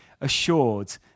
assured